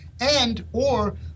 And/or